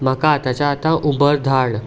म्हाका आतांच्या आतां उबर धाड